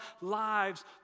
lives